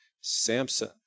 Samson